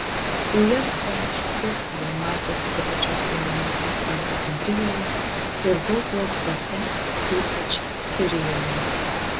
į jas panašių daug buvau matęs privačiuose namuose aleksandrijoje ir daug laukuose ypač sirijoje